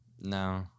No